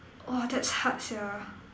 !wah! that's hard sia